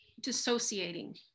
dissociating